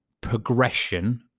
progression